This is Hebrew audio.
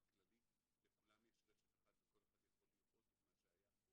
בכללית לכולם יש רשת אחת וכל אחד יכול לראות את מה שהיה.